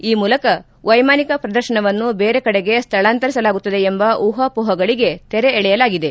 ಈ ಮೂಲಕ ವೈಮಾನಿಕ ಪ್ರದರ್ಶನವನ್ನು ಬೇರೆ ಕಡೆಗೆ ಸ್ಥಳಾಂತರಿಸಲಾಗುತ್ತದೆ ಎಂಬ ಊಹಾಹೋಹಗಳಿಗೆ ತೆರೆ ಎಳೆಯಲಾಗಿದೆ